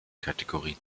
kategorie